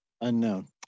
Unknown